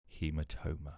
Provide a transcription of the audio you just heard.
hematoma